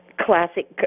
classic